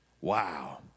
Wow